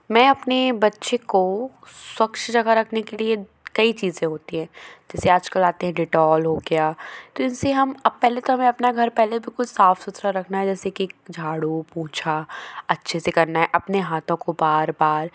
मैं बच्चे को स्वच्छ जगह रखने के लिए कई चीज़ें होती हैं जैसे आज कल आते है डिटॉल हो गया तो इनसे हम अब पहले तो हमें अपना घर पहले भी कुछ साफ सुथरा रखना है जैसे कि झाड़ू पोंछा अच्छे से करना हैं अपने हाथों को बार बार